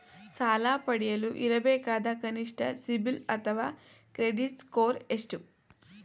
ಸಾಲ ಪಡೆಯಲು ಇರಬೇಕಾದ ಕನಿಷ್ಠ ಸಿಬಿಲ್ ಅಥವಾ ಕ್ರೆಡಿಟ್ ಸ್ಕೋರ್ ಎಷ್ಟು?